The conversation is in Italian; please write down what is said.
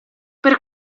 per